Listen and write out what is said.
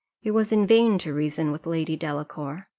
it was in vain to reason with lady delacour.